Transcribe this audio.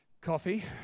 coffee